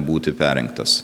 būti perrinktas